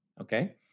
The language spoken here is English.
Okay